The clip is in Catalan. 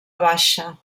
baixa